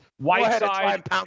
Whiteside